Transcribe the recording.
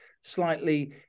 slightly